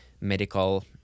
medical